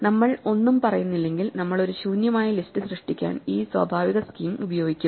നമ്മൾ ഒന്നും പറയുന്നില്ലെങ്കിൽ നമ്മൾ ഒരു ശൂന്യമായ ലിസ്റ്റ് സൃഷ്ടിക്കാൻ ഈ സ്വാഭാവിക സ്കീം ഉപയോഗിക്കും